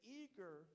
eager